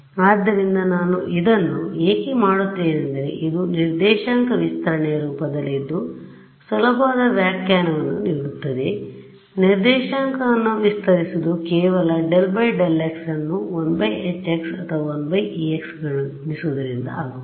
ಆದ್ದರಿಂದ ನಾನು ಇದನ್ನು ಏಕೆ ಮಾಡುತ್ತೇನೆಂದರೆ ಇದು ನಿರ್ದೇಶಾಂಕ ವಿಸ್ತರಣೆಯ ರೂಪದಲ್ಲಿದ್ದು ಸುಲಭವಾದ ವ್ಯಾಖ್ಯಾನವನ್ನು ನೀಡುತ್ತದೆ ನಿರ್ದೇಶಾಂಕವನ್ನು ವಿಸ್ತರಿಸುವುದು ಕೇವಲ ∂∂x ನ್ನು 1Hx ಅಥವಾ1Ex ಗುಣಿಸುವುದರಿಂದ ಆಗುವುದು